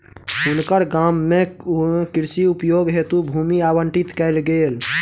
हुनकर गाम में कृषि उपयोग हेतु भूमि आवंटित कयल गेल